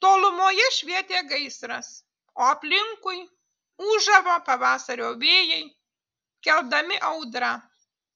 tolumoje švietė gaisras o aplinkui ūžavo pavasario vėjai keldami audrą